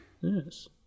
Yes